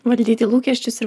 valdyti lūkesčius ir